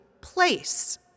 place